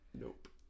nope